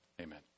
Amen